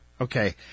Okay